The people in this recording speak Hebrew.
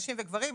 נשים וגברים,